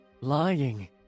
lying